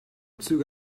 züge